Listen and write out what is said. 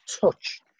touch